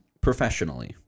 professionally